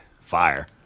fire